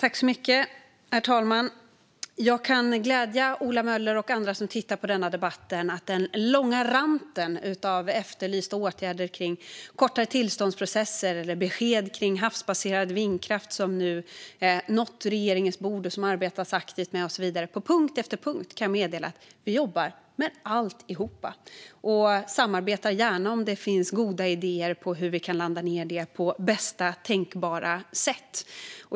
Herr talman! Jag kan glädja Ola Möller och andra som tittar på denna debatt med att den långa raddan med efterlysta åtgärder för kortare tillståndsprocesser, besked om havsbaserad vindkraft och så vidare nu har nått regeringens bord och att vi arbetar aktivt med dem. Jag kan meddela att vi jobbar med alltihop och att vi gärna samarbetar om det finns goda idéer om hur detta kan landas på bästa tänkbara sätt.